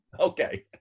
Okay